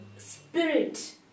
spirit